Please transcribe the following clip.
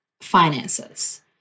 finances